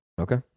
okay